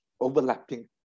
overlapping